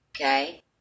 okay